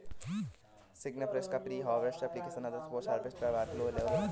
सिग्नाफ्रेश का pre harvest application आदर्श post harvest व्यवहार की ओर ले जाता है